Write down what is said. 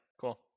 Cool